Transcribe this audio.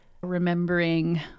remembering